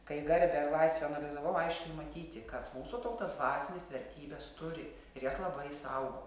kai garbę ir laisvę analizavau aiškiai matyti kad mūsų tauta dvasines vertybes turi ir jas labai saugo